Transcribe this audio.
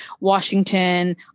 Washington